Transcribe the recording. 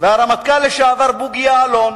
והרמטכ"ל לשעבר בוגי יעלון